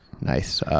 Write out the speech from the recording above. nice